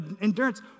endurance